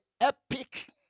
epic